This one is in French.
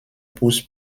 pousse